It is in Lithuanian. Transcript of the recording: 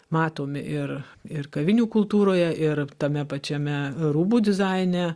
matomi ir ir kavinių kultūroje ir tame pačiame rūbų dizaine